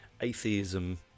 atheism